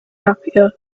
happier